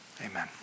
amen